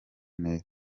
neza